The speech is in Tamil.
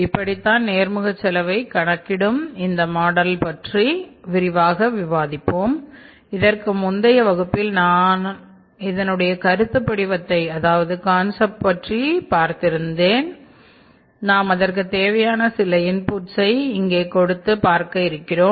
இப்படித்தான் நேர்முக செலவை கணக்கிடும் இந்த மாடலை இங்கே கொடுத்து பார்க்க இருக்கிறோம்